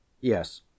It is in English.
Yes